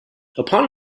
upon